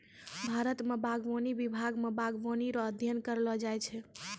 भारत मे बागवानी विभाग मे बागवानी रो अध्ययन करैलो जाय छै